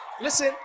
Listen